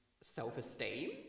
self-esteem